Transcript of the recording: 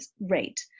rate